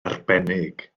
arbennig